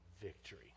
victory